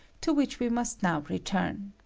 to which we must now return.